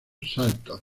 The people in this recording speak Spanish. saltos